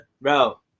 Bro